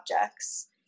objects